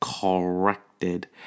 corrected